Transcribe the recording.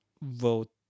vote